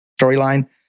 storyline